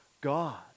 God